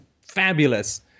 fabulous